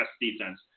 defense